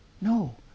No